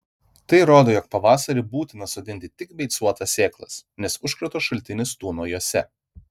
tai rodo jog pavasarį būtina sodinti tik beicuotas sėklas nes užkrato šaltinis tūno jose